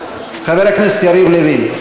חבר הכנסת יריב לוין,